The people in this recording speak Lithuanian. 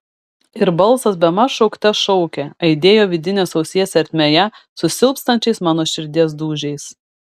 ir balsas bemaž šaukte šaukė aidėjo vidinės ausies ertmėje su silpstančiais mano širdies dūžiais